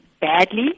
badly